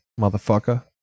motherfucker